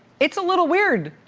it's a little weird